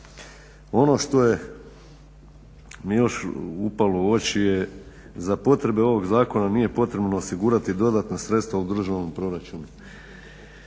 Ono što je još mi upalo u oči je za potrebe ovog Zakona nije potrebno osigurati dodatna sredstva u državni proračun.